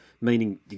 Meaning